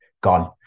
gone